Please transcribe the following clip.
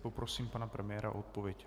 Poprosím pana premiéra o odpověď.